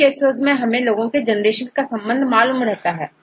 कुछ केस में हमें लोगों के जनरेशन का संबंध मालूम रहता है